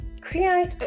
create